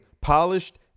polished